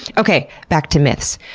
okay, back to myths.